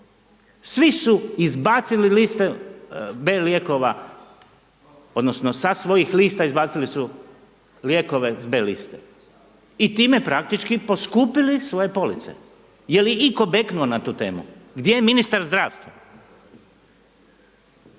Svi su izbacili listu B lijekova odnosno sa svojih lista izbacili su lijekove B liste i time praktički poskupili svoje police. Je li itko beknuo na tu temu? Gdje je ministar zdravstva?